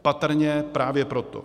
Patrně právě proto.